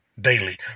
daily